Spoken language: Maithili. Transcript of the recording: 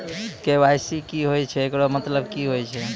के.वाई.सी की होय छै, एकरो मतलब की होय छै?